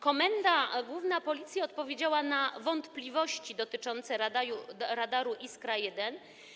Komenda Główna Policji odpowiedziała na wątpliwości dotyczące radaru Iskra-1.